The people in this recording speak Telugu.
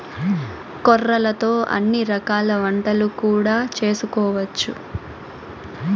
కొర్రలతో అన్ని రకాల వంటలు కూడా చేసుకోవచ్చు